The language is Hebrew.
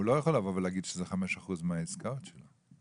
הוא לא יכול לבוא ולומר שאלה חמישה אחוזים מהעסקאות שלו.